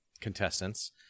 contestants